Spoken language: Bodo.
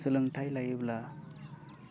सोलोंथाइ लायोब्ला